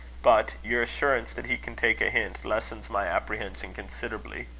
but your assurance that he can take a hint, lessens my apprehension considerably.